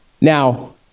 now